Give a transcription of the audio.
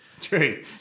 true